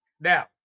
Now